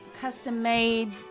custom-made